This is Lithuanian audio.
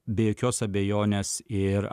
be jokios abejonės ir